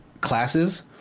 classes